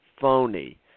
phony